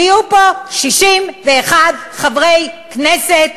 ויהיו פה 61 חברי כנסת,